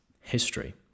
history